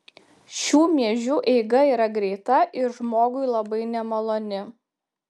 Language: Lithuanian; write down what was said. šių miežių eiga yra greita ir žmogui labai nemaloni